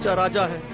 yeah raja!